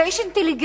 אתה איש אינטליגנט,